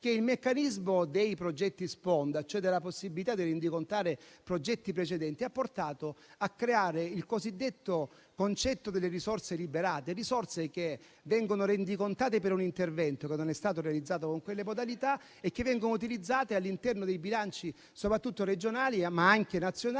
che il meccanismo dei progetti sponda, cioè della possibilità di rendicontare progetti precedenti, ha portato a creare il cosiddetto concetto delle risorse liberate, risorse che vengono rendicontate per un intervento che non è stato realizzato con quelle modalità e che vengono utilizzate all'interno dei bilanci, soprattutto regionali, ma anche nazionali,